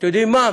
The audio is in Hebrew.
אתם יודעים מה?